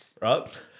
right